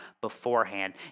beforehand